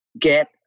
Get